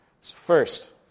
First